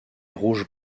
rouge